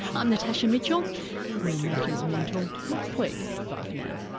i'm natasha mitchell, more matters mental next week. bye for now